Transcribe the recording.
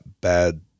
bad